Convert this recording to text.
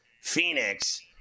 Phoenix